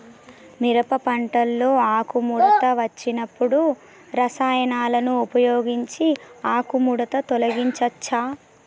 మిరప పంటలో ఆకుముడత వచ్చినప్పుడు రసాయనాలను ఉపయోగించి ఆకుముడత తొలగించచ్చా?